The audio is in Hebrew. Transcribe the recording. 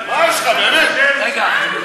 אה,